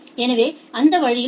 எனவே அந்த வழியில் டி